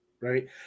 right